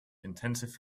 intensive